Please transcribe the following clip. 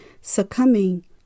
succumbing